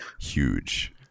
huge